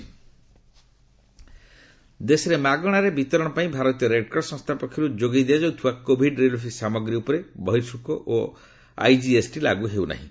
ସୀତାରମଣ ଦେଶରେ ମାଗଣାରେ ବିତରଣ ପାଇଁ ଭାରତୀୟ ରେଡ୍କ୍ରସ୍ ସଂସ୍ଥା ପକ୍ଷରୁ ଯୋଗାଇ ଦିଆଯାଉଥିବା କୋଭିଡ୍ ରିଲିଫ୍ ସାମଗ୍ରୀ ଉପରେ ବହିଃଶୁଳ୍କ ଓ ଆଇଜିଏସ୍ଟି ଲାଗୁ ହେଉ ନାହିଁ